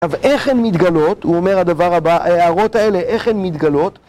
אבל איך הן מתגלות, הוא אומר הדבר הבא, ההערות האלה, איך הן מתגלות